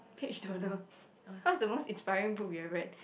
page turner what's the most inspiring book you have read